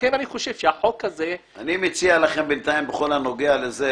לכן אני חושב שהחוק הזה --- אני מציע לכם בינתיים בכל הנוגע בזה,